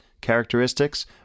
characteristics